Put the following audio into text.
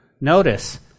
notice